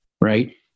right